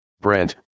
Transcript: Brent